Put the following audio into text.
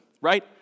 right